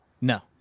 no